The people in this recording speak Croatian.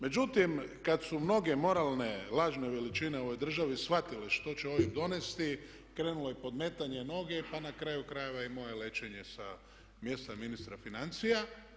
Međutim, kad su mnoge moralne lažne veličine u ovoj državi shvatile što će OIB donijeti krenulo je podmetanje noge pa na kraju krajeva i moje letenje s mjesta ministra financija.